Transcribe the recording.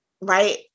Right